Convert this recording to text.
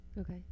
okay